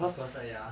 of course lah ya